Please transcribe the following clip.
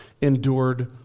endured